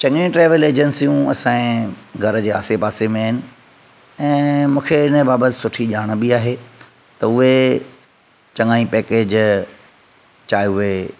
चङियूं ट्रेवल एजेंसियूं असांजे घर जे आसे पासे में आहिनि ऐं मूंखे इन बाबति सुठी ॼाण बि आहे त उहे चङा ई पैकेज चाहे उहे